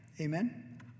Amen